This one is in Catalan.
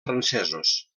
francesos